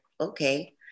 okay